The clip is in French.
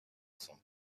son